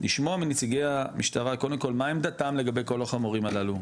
לשמוע מנציגי המשטרה קודם כל מה עמדתם לגבי כל החומרים הללו,